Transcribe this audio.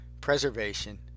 preservation